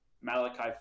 Malachi